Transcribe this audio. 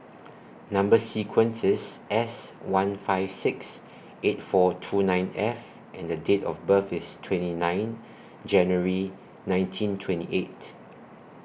Number sequence IS S one five six eight four two nine F and The Date of birth IS twenty nine January nineteen twenty eight